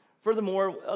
Furthermore